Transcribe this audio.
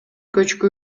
көчкү